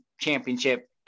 Championship